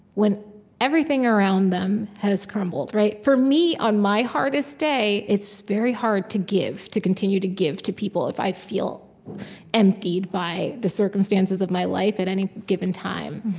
when everything around them has crumbled. for me, on my hardest day it's very hard to give to continue to give to people if i feel emptied by the circumstances of my life, at any given time.